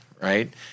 right